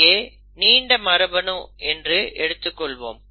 இங்கே நீண்ட மரபணு என்று எடுத்துக்கொள்வோம்